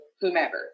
whomever